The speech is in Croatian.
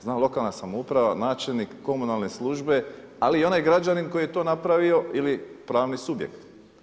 Zna lokalna samouprava, načelnik, komunalne službe ali i onaj građanin koji je to napravio ili pravni subjekt.